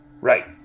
Right